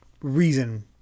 reason